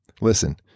Listen